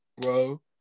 Bro